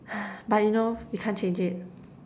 but you know we can't change it